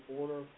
order